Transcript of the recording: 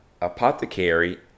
apothecary